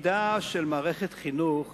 לכל מערכת חינוך